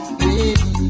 baby